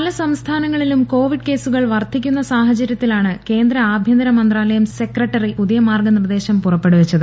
പല സംസ്ഥാനങ്ങളിലും കോവിഡ് കേസുകൾ വർധിക്കുന്ന സാഹചരൃത്തിലാണ് കേന്ദ്ര ആഭൃന്തരമന്ത്രാലയം സെക്രട്ടറി അജയ് ഭല്ല പുതിയ മാർഗനിർദേശം പുറപ്പെടുവിച്ചത്